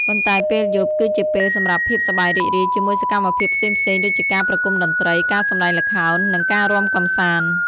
ប៉ុន្តែពេលយប់ គឺជាពេលសម្រាប់ភាពសប្បាយរីករាយជាមួយសកម្មភាពផ្សេងៗដូចជាការប្រគំតន្ត្រី ការសម្តែងល្ខោន និងការរាំកម្សាន្ត។